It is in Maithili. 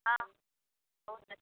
हँ बहुत अच्छा